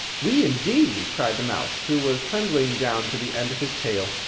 we, indeed! cried the mouse, who was trembling down to the end of his tail.